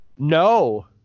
no